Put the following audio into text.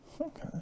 Okay